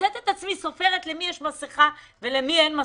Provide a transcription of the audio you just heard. מוצאת את עצמי סופרת לכמה אנשים יש מסכה ולכמה אין מסכה,